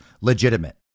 legitimate